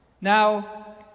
now